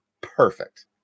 perfect